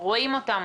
רואים אותם,